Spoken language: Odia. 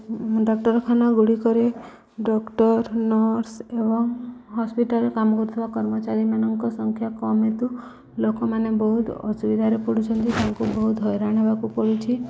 ଡାକ୍ତରଖାନା ଗୁଡ଼ିକରେ ଡକ୍ଟର ନର୍ସ ଏବଂ ହସ୍ପିଟାଲରେ କାମ କରୁଥିବା କର୍ମଚାରୀମାନଙ୍କ ସଂଖ୍ୟା କମ୍ ହେତୁ ଲୋକମାନେ ବହୁତ ଅସୁବିଧାରେ ପଡ଼ୁଛନ୍ତି ତାଙ୍କୁ ବହୁତ ହଇରାଣ ହେବାକୁ ପଡ଼ୁଛି